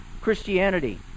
Christianity